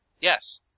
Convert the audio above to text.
Yes